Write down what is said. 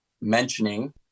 mentioning